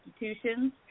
institutions